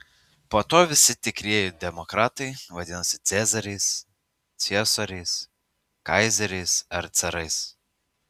po to visi tikrieji demokratai vadinosi cezariais ciesoriais kaizeriais ar carais